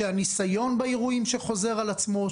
שהניסיון באירועים חוזר על עצמו,